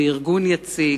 וארגון יציג,